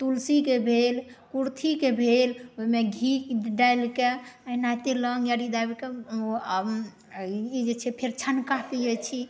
तुलसीकेँ भेल कुर्थीके भेल ओहिमे घी डालिके एनाहिते लौंग आदि डालिके ई जे छै फेर छनका पियै छी